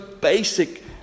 basic